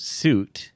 suit